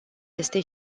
este